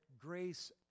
grace